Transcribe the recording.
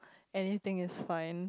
anything is fine